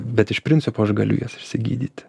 bet iš principo aš galiu jas išsigydyti